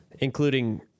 Including